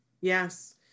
yes